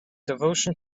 devotion